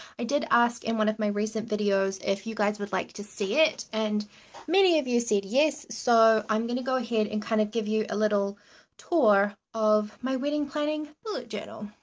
i did ask in one of my recent videos if you guys would like to see it and many of you said yes, so, i'm going to go ahead and kind of give you a little tour of my wedding planning bullet journal.